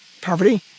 poverty